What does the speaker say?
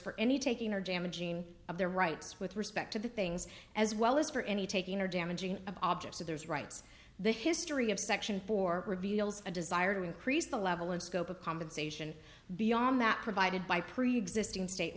for any taking or damaging of their rights with respect to the things as well as for any taking or damaging of objects of theirs rights the history of section four reveals a desire to increase the level and scope of compensation beyond that provided by preexisting state